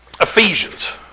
Ephesians